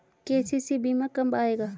KCC बीमा कब आएगा?